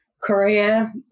Korea